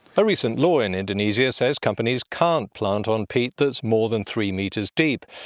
a recent law in indonesia says companies can't plant on peat that's more than three metres deep,